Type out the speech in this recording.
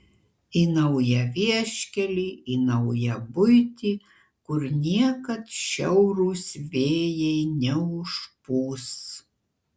į naują vieškelį į naują buitį kur niekad šiaurūs vėjai neužpūs